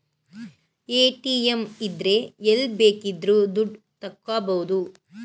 ATM ಇದ್ರೆ ಎಲ್ಲ್ ಬೇಕಿದ್ರು ದುಡ್ಡ ತಕ್ಕಬೋದು